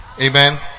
Amen